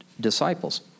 disciples